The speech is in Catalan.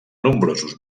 nombrosos